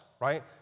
right